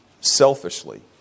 Selfishly